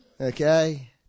okay